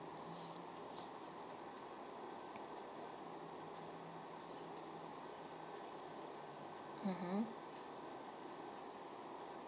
mmhmm